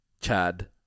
chad